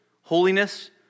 holiness